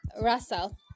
Russell